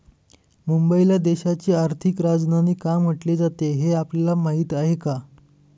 मुंबईला देशाची आर्थिक राजधानी का म्हटले जाते, हे आपल्याला माहीत आहे का?